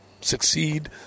succeed